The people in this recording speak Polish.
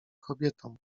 kobietom